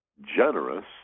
generous